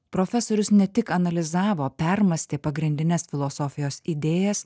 profesorius ne tik analizavo permąstė pagrindines filosofijos idėjas